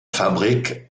fabriquent